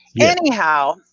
Anyhow